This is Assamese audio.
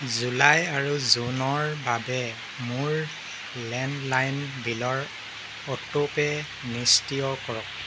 জুলাই আৰু জুনৰ বাবে মোৰ লেণ্ডলাইন বিলৰ অটোপে' নিষ্ক্ৰিয় কৰক